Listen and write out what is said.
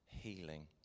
healing